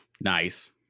Nice